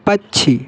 पक्षी